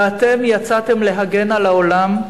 ואתם יצאתם להגן על העולם.